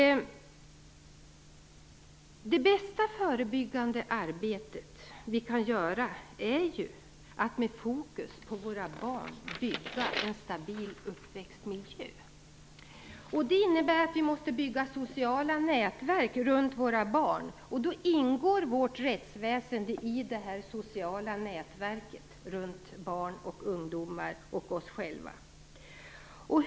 Det bästa förebyggande arbete vi kan göra är att med fokus på våra barn bygga en stabil uppväxtmiljö. Det innebär att vi måste bygga sociala nätverk runt våra barn. Vårt rättsväsende ingår i det sociala nätverket runt barn, ungdomar och oss själva.